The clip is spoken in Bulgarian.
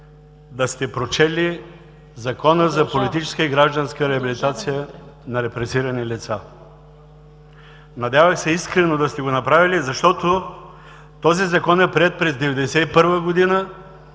Вие сте прочели Закона за политическа и гражданска реабилитация на репресирани лица. Надявах се искрено да сте го направили, защото този Закон е приет през 1991 г.